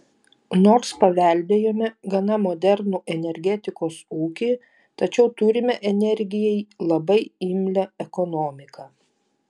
nors paveldėjome gana modernų energetikos ūkį tačiau turime energijai labai imlią ekonomiką